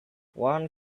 one